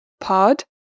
pod